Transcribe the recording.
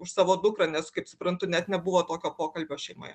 už savo dukrą nes kaip suprantu net nebuvo tokio pokalbio šeimoje